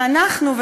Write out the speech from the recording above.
ואנחנו,